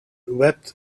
wept